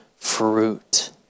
Fruit